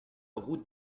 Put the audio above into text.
route